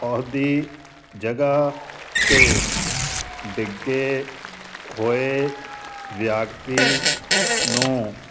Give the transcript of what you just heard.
ਉਹਦੀ ਜਗ੍ਹਾ 'ਤੇ ਡਿੱਗੇ ਹੋਏ ਵਿਅਕਤੀ ਨੂੰ